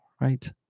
right